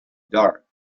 dark